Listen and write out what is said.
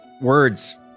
Words